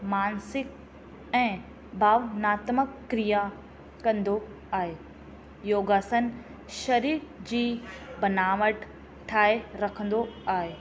मानसिक ऐं भावनात्मक क्रिया कंदो आहे योगासन शरीर जी बनावट ठाहे रखंदो आहे